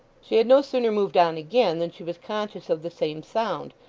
she had no sooner moved on again, than she was conscious of the same sound,